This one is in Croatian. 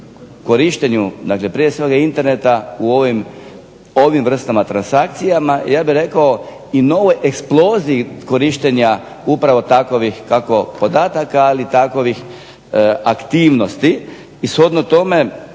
korištenju, dakle prije svega interneta u ovim vrstama transakcija, ja bih rekao i novoj eksploziji korištenja upravo takvih kako podataka, ali takvih aktivnosti. I shodno tome